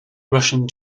russian